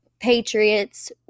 Patriots